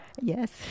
Yes